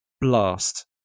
blast